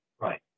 Right